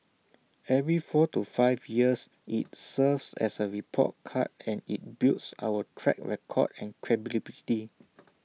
every four to five years IT serves as A report card and IT builds our track record and credibility